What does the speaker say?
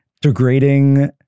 degrading